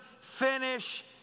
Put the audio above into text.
finish